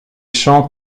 champs